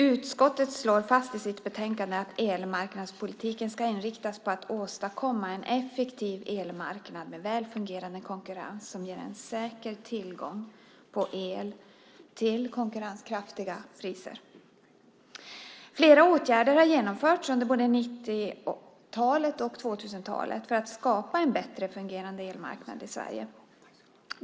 Utskottet slår fast i sitt betänkande att elmarknadspolitiken ska inriktas på att åstadkomma en effektiv elmarknad med väl fungerande konkurrens som ger en säker tillgång på el till konkurrenskraftiga priser. Flera åtgärder har genomförts under både 1990-talet och 2000-talet för att skapa en bättre fungerande elmarknad i Sverige.